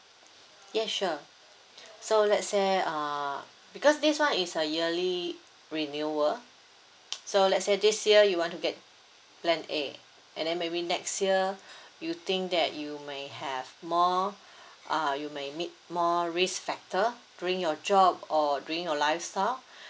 yes sure so let's say err because this [one] is a yearly renewal so let's say this year you want to get plan A and then maybe next year you think that you may have more uh you may need more risk factor during your job or during your lifestyle